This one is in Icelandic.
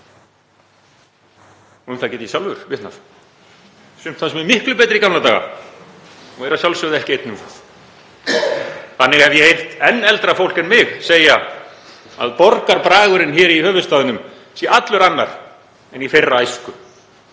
Um það get ég sjálfur vitnað. Sumt fannst mér miklu betra í gamla daga og er að sjálfsögðu ekki einn um það. Þannig hef ég heyrt enn eldra fólk en mig segja að borgarbragurinn hér í höfuðstaðnum sé allur annar en í þeirra æsku,